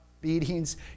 beatings